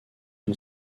une